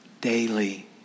daily